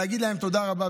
להגיד להן תודה רבה.